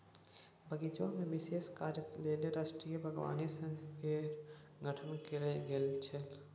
बगीचामे विशेष काजक लेल राष्ट्रीय बागवानी संघ केर गठन कैल गेल छल